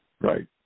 Right